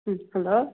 ꯎꯝ hello